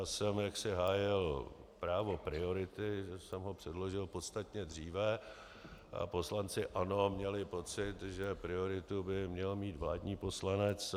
Já jsem jaksi hájil právo priority, že jsem ho předložil podstatně dříve, a poslanci ANO měli pocit, že prioritu by měl mít vládní poslanec.